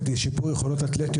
חמש שעות חינוך גופני,